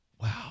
Wow